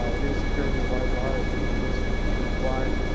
it is a fairly wide lot. i believe it is fifty feet wide.